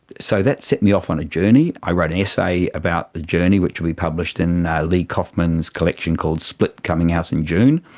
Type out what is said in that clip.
so that set me off on a journey. i wrote an essay about the journey which we published in lee kofman's collection called split coming out in june.